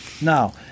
Now